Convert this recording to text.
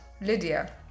Lydia